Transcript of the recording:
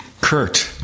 Kurt